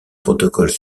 protocoles